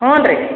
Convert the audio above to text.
ಹ್ಞೂ ರೀ